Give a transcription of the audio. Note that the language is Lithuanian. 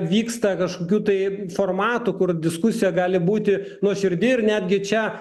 vyksta kažkokių tai formatų kur diskusija gali būti nuoširdi ir netgi čia